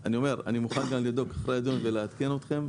אני מוכן לבדוק שוב ולעדכן אתכם אחרי הדיון.